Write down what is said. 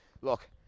look